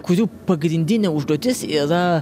kurių pagrindinė užduotis yra